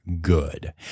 good